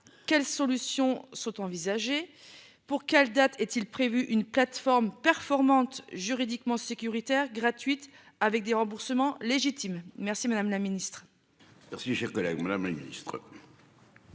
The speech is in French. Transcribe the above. Quelles solutions sont envisagées pour quelle date. Est-il prévu une plateforme performante juridiquement sécuritaire gratuites avec des remboursements légitime. Merci, madame la Ministre.